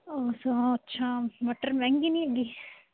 ਅੱਛਾ ਅੱਛਾ ਮਟਰ ਮਹਿੰਗੇ ਨਹੀਂ ਹੈਗੀ